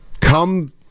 come